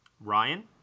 Ryan